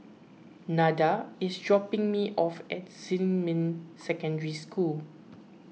Nada is dropping me off at Xinmin Secondary School